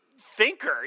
thinker